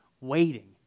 Waiting